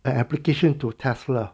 the application to Tesla